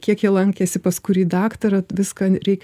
kiek jie lankėsi pas kurį daktarą viską reik